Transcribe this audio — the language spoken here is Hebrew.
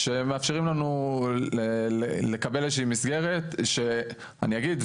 שמאפשרים לנו לקבל איזושהי מסגרת שאני אגיד,